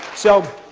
so,